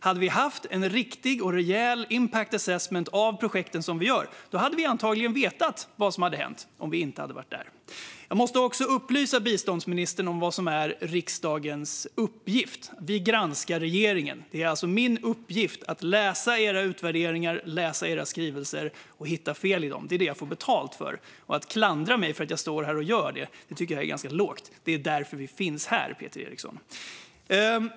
Hade vi haft en riktig och rejäl impact assessment av våra projekt hade vi antagligen vetat vad som hänt om vi inte hade varit där. Jag måste också upplysa biståndsministern om vad som är riksdagens uppgift. Vi granskar regeringen. Det är alltså min uppgift att läsa era utvärderingar och skrivelser och hitta fel i dem; det är det jag får betalt för. Att klandra mig för att jag står här och gör det tycker jag är ganska lågt. Det är därför vi finns här, Peter Eriksson.